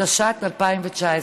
התשע"ט 2019,